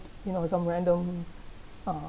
you know some random uh